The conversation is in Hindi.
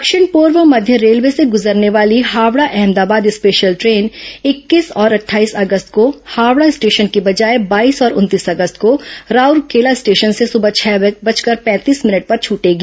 दक्षिण पूर्व मध्य रेलवे से गुजरने वाली हावड़ा अहमदाबाद स्पेशल ट्रेन इक्कीस और अट्ठाईस अगस्त को हावड़ा स्टेशन की बजाए बाईस और उनतीस अगस्त को राउरकेला स्टेशन से सुबह छह बजकर पैंतीस मिनट पर छूटेगी